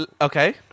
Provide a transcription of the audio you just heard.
Okay